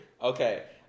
Okay